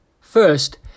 First